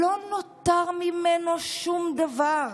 לא נותר ממנו שום דבר,